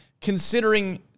considering